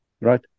right